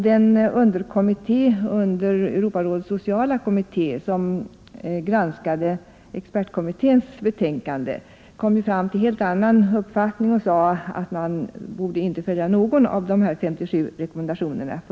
Den underkommitté under Europarådets sociala kommitté som granskade expertkommitténs betänkande kom fram till en helt annan uppfattning och sade att man för tillfället inte borde följa någon av dessa 57 rekommendationer.